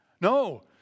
No